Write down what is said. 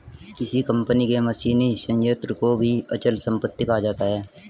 किसी कंपनी के मशीनी संयंत्र को भी अचल संपत्ति कहा जा सकता है